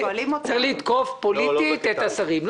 צריך לתקוף פוליטית את השרים.